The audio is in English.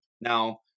Now